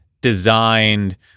designed